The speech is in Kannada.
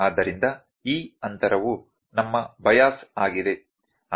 ಆದ್ದರಿಂದ ಈ ಅಂತರವು ನಮ್ಮ ಬೈಯಸ್ ಆಗಿದೆ